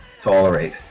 tolerate